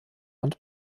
und